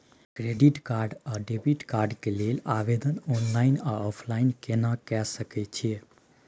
Credit card आ debit card के लेल आवेदन ऑनलाइन आ ऑफलाइन केना के सकय छियै?